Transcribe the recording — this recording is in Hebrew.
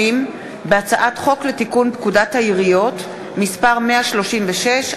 בהצעת חוק לתיקון פקודת העיריות (מס' 136),